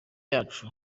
yacu